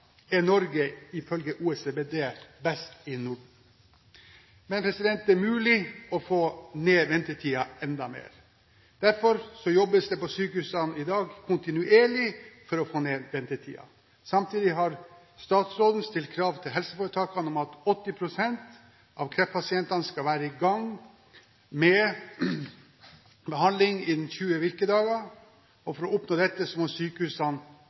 er Norge ifølge OECD best i Norden. Men det er mulig å få ned ventetiden enda mer. Derfor jobbes det på sykehusene i dag kontinuerlig for å få ned ventetiden. Samtidig har statsråden stilt krav til helseforetakene om at 80 pst. av kreftpasientene skal være i gang med behandling innen 20 virkedager, og for å oppnå dette må sykehusene